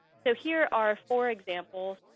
so here are four examples.